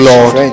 Lord